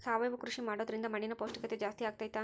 ಸಾವಯವ ಕೃಷಿ ಮಾಡೋದ್ರಿಂದ ಮಣ್ಣಿನ ಪೌಷ್ಠಿಕತೆ ಜಾಸ್ತಿ ಆಗ್ತೈತಾ?